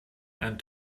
and